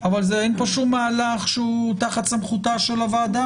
אבל זה אין פה שום מהלך שהוא תחת סמכותה של הוועדה,